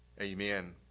amen